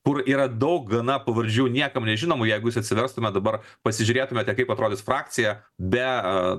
kur yra daug gana pavardžių niekam nežinomų jeigu jūs atsiverstumėt dabar pasižiūrėtumėte kaip atrodys frakcija be